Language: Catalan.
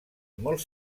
molt